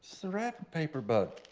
so wrapping paper bud,